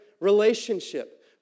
relationship